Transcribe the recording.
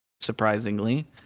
surprisingly